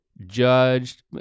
judged